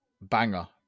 Banger